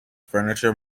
furniture